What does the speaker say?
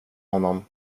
honom